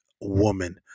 woman